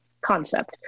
concept